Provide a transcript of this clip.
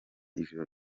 ijoro